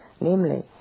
namely